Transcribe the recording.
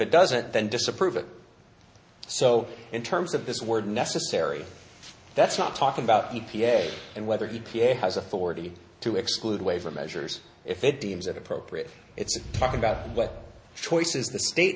it doesn't then disapprove it so in terms of this word necessary that's not talking about e p a and whether he has authority to exclude waiver measures if it deems it appropriate it's talking about what choices the state